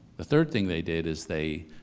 the third thing they did is they,